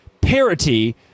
Parity